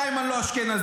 2. אני לא אשכנזי,